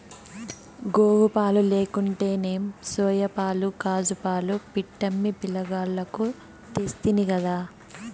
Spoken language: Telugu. గోవుపాలు లేకుంటేనేం సోయాపాలు కాజూపాలు పట్టమ్మి పిలగాల్లకు తెస్తినిగదా